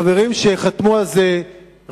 חברים שחתמו על זה מסכימים.